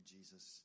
Jesus